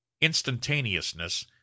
Instantaneousness